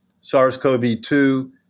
SARS-CoV-2